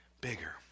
bigger